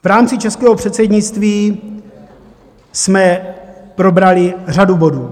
V rámci českého předsednictví jsme probrali řadu bodů.